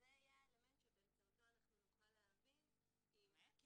זה יהיה האלמנט שבאמצעותו אנחנו נוכל להבין אם -- באמת?